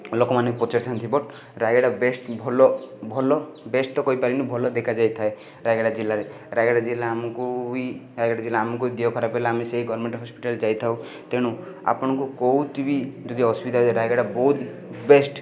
ଲୋକମାନେ ପଚାରିଥାନ୍ତି but Rayagada best ଭଲ ଭଲ ବେଷ୍ଟ ତ କହିପାରିବିନି ଭଲ ଦେଖା ଯାଇଥାଏ ରାୟଗଡ଼ା ଜିଲ୍ଲାରେ ରାୟଗଡ଼ା ଜିଲ୍ଲା ଆମକୁ ହିଁ ରାୟଗଡ଼ା ଜିଲ୍ଲା ଆମକୁ ହିଁ ଦେହ ଖରାପ ହେଲେ ଆମେ ସେ ଗଭର୍ଣ୍ଣମେଣ୍ଟ ହସ୍ପିଟାଲ ଯାଇଥାଉ ତେଣୁ ଆପଣଙ୍କୁ ବି ଯଦି ଅସୁବିଧା ହେଇଯାଏ ରାୟଗଡ଼ା ବହୁତ ବେଷ୍ଟ